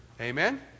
Amen